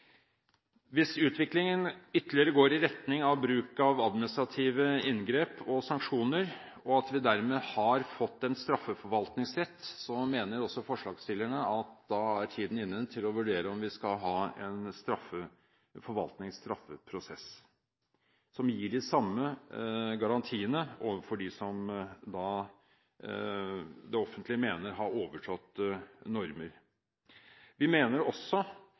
Hvis utviklingen går ytterligere i retning av bruk av administrative inngrep og sanksjoner, og at vi dermed har fått en straffeforvaltningsrett, mener også forslagsstillerne at tiden da er inne for å vurdere om vi skal ha en forvaltningsstraffeprosess, som gir de samme garantiene til dem som det offentlige mener har overtrådt normer. Vi mener også